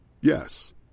Yes